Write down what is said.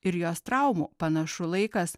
ir jos traumų panašu laikas